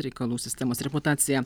reikalų sistemos reputaciją